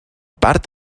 part